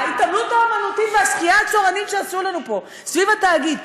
התעמלות האמנותית והשחייה הצורנית שעשו לנו פה סביב התאגיד,